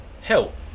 help